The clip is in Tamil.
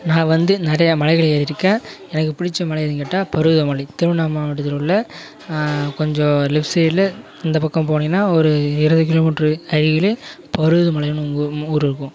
நான் வந்து நிறையா மலைகள் ஏறியிருக்கேன் எனக்கு பிடிச்ச மலை எதுன்னு கேட்டால் பருவத மலை திருவண்ணாமலை மாவட்டத்தில் உள்ள கொஞ்சம் லெஃப்ட் சைடில் இந்தப்பக்கம் போனிங்கன்னால் ஒரு இருபது கிலோமீட்டரு அருகிலே பருவத மலைன்னு ஒரு ஊர் இருக்கும்